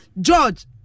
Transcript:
George